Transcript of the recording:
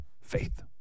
Faith